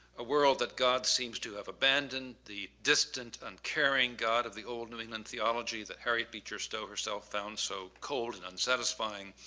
a world that god seems to have abandoned, the distant and caring god of the old and i mean and theology that harriet beecher stowe herself found so cold and unsatisfying.